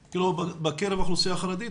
בקרב האוכלוסייה החרדית,